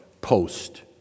post